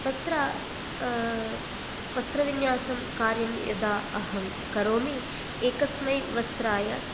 तत्र वस्त्रविन्यासं कार्यं यदा अहं करोमि एकस्मै वस्त्राय